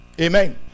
Amen